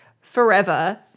forever